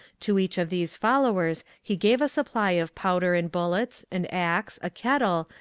to each of these followers he gave a supply of powder and bullets, an ax, a kettle,